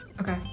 Okay